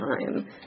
time